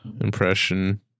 impression